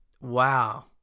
Wow